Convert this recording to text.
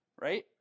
right